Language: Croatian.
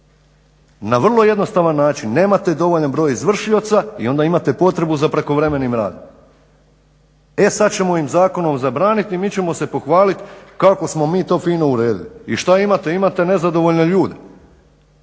Na vrlo jednostavan način, nemate dovoljan broj izvršioca i onda imate potrebu za prekovremenim radom. E sad ćemo im zakonom zabraniti i mi ćemo se pohvaliti kako smo mi to fino uredili i šta imate, imate nezadovoljne ljude,